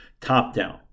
top-down